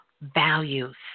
values